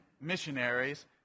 missionaries